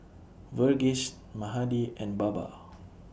Verghese Mahade and Baba